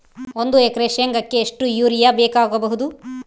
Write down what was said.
ಒಂದು ಎಕರೆ ಶೆಂಗಕ್ಕೆ ಎಷ್ಟು ಯೂರಿಯಾ ಬೇಕಾಗಬಹುದು?